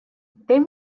they